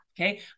Okay